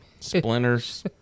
splinters